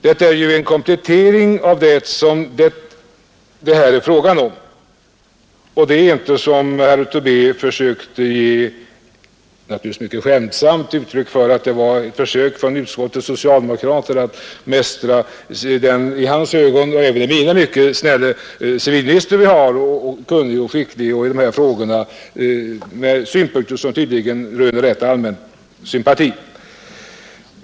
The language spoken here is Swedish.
Det är ju fråga om en komplettering. Och inte som herr Tobé — naturligtvis mycket skämtsamt — uttryckte, ett försök från utskottets socialdemokrater att mästra vår i hans och även mina ögon mycket snälle, kunnige och skicklige civilminister, som i dessa frågor har synpunkter vilka tydligen röner rätt allmän sympati.